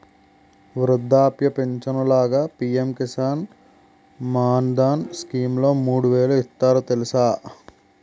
వృద్ధాప్య పించను లాగా పి.ఎం కిసాన్ మాన్ధన్ స్కీంలో మూడు వేలు ఇస్తారు తెలుసా?